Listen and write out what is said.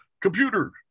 Computer